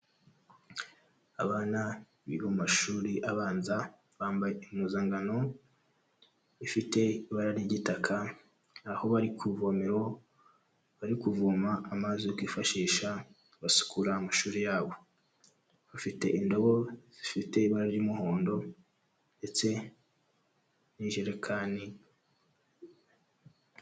Abana biga mu mashuri abanza bambaye impuzankano ifite ibara ry'igitaka, aho bari ku ivomero bari kuvoma amazi yo kwifashisha basukura amashuri yabo, bafite indobo zifite ibara ry'umuhondo ndetse n'ijerekani.